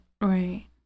Right